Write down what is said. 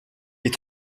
est